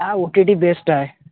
हां O T T best आहे